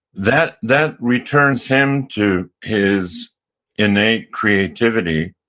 that that returns him to his innate creativity